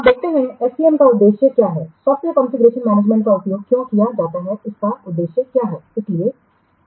अब देखते हैं कि SCM का उद्देश्य क्या है सॉफ्टवेयर कॉन्फ़िगरेशन मैनेजमेंटका उपयोग क्यों किया जाता है इसका उद्देश्य क्या है